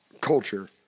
culture